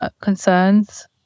concerns